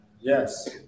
Yes